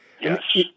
Yes